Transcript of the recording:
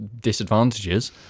disadvantages